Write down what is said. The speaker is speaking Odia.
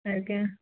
ଆଜ୍ଞା